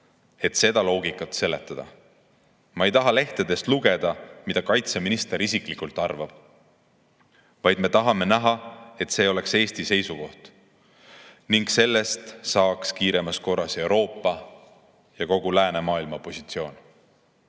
et seda loogikat seletada. Me ei taha lehtedest lugeda, mida kaitseminister isiklikult arvab, vaid me tahame näha, et see on Eesti seisukoht ning sellest saaks kiiremas korras Euroopa ja kogu läänemaailma positsioon.